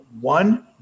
one